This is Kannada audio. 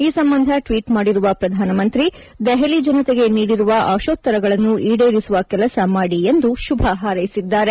ಈ ಸಂಬಂಧ ಟ್ವೀಟ್ ಮಾಡಿರುವ ಪ್ರಧಾನಮಂತ್ರಿ ದೆಹಲಿ ಜನತೆಗೆ ನೀಡಿರುವ ಅಶೋತ್ತರಗಳನ್ನು ಈಡೇರಿಸುವ ಕೆಲಸ ಮಾಡಿ ಎಂದು ಶುಭ ಹಾರ್ಲೆಸಿದ್ದಾರೆ